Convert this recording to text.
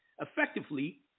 Effectively